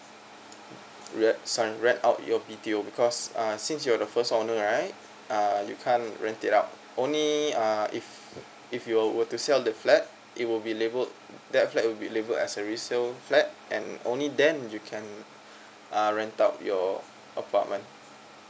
yup sign let out your B_T_O because err since you're the first owner right uh you can't rent it out only uh if if you will to sell the flat it will be labelled that flat will be labelled as a resale flat and only then you can uh rent out your apartment